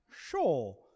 sure